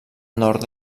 nord